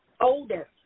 older